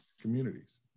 communities